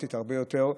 דרמטית הרבה יותר.